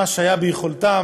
מה שהיה ביכולתם.